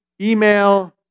email